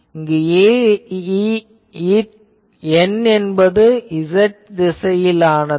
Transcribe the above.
இங்கு n என்பது z திசையிலானது